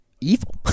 evil